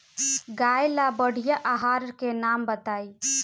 गाय ला बढ़िया आहार के नाम बताई?